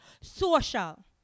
Social